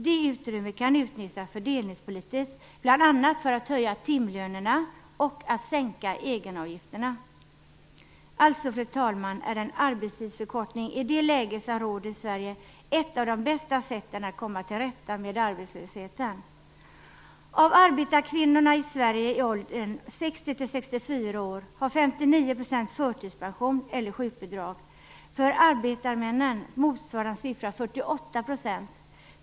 Det utrymmet kan utnyttjas fördelningspolitiskt bl.a. för att höja timlönerna och sänka egenavgifterna. Alltså, fru talman, är en arbetstidsförkortning i det läge som råder i Sverige ett av de bästa sätten att komma till rätta med arbetslösheten. Av arbetarkvinnorna i Sverige i åldern 60-64 år har 59 % förtidspension eller sjukbidrag. För arbetarmännen är motsvarande siffra 48 %.